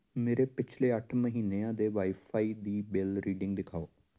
ਮੇਰੇ ਪਿਛਲੇ ਅੱਠ ਮਹੀਨਿਆਂ ਦੇ ਵਾਈਫ਼ਾਈ ਦੀ ਬਿਲ ਰੀਡਿੰਗ ਦਿਖਾਓ